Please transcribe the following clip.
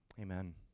Amen